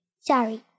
Sorry